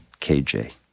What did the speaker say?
KJ